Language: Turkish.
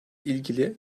ilgili